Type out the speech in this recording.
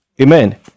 amen